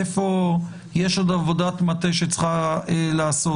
איפה יש עוד עבודת מטה שצריכה להיעשות,